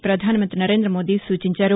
ప్రపధానమంగ్రి నరేంద మోదీ సూచించారు